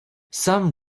some